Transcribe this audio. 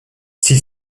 s’il